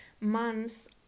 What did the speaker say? months